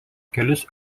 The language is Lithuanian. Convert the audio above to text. kelis